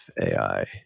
AI